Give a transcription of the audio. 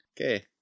Okay